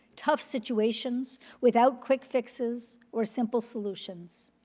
tough situations without quick fixes or simple solutions.